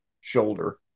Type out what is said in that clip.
shoulder